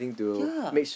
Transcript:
ya